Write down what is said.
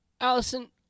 allison